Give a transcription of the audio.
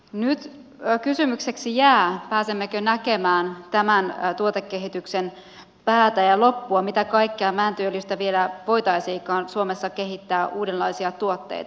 nyt kysymykseksi jää pääsemmekö näkemään tämän tuotekehityksen päätä ja loppua mitä kaikkea mäntyöljystä vielä voitaisiinkaan suomessa kehittää uudenlaisia tuotteita